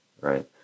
right